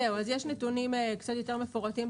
במסמך יש נתונים קצת יותר מפורטים.